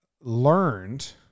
learned